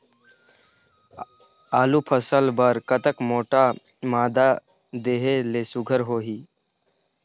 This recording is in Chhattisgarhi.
आलू फसल बर कतक मोटा मादा देहे ले सुघ्घर होही?